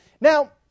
Now